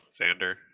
Xander